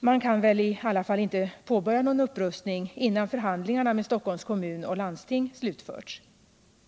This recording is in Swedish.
Man kan väli alla fall inte påbörja någon upprustning innan förhandlingarna med Stockholms kommun och Stockholms läns landsting slutförts?